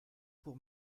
pour